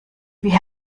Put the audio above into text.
wie